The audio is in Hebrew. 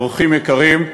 אורחים יקרים,